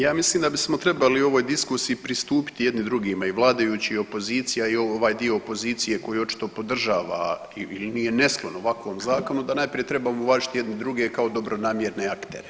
Ja mislim da bismo trebali ovoj diskusiji pristupit jedni drugima i vladajući i opozicija i ovaj dio opozicije koji očito podržava ili nije nesklon ovakvom zakonu da najprije trebamo uvažiti jedni druge kao dobronamjerne aktere.